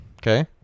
Okay